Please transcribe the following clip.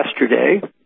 yesterday